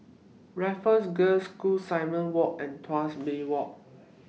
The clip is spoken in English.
Raffles Girls' School Simon Walk and Tuas Bay Walk